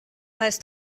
heißt